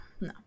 no